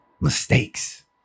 mistakes